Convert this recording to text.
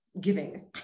giving